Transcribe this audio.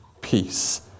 Peace